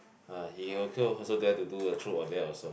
ah he okay also dare to do a true or dare also